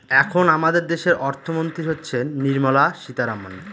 এখন আমাদের দেশের অর্থমন্ত্রী হচ্ছেন নির্মলা সীতারামন